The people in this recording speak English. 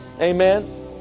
Amen